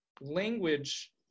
language